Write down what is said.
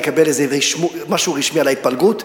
לקבל איזה משהו רשמי על ההתפלגות.